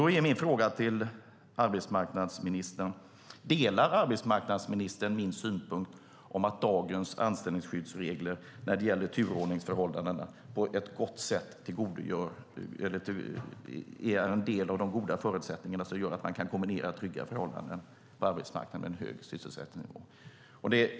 Då är min fråga till arbetsmarknadsministern: Delar arbetsmarknadsministern min synpunkt att dagens anställningsskyddsregler när det gäller turordningsförhållandena och ett gott sätt är en del av de goda förutsättningarna som gör att man kan kombinera trygga förhållanden på arbetsmarknaden med en hög sysselsättningsnivå?